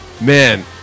Man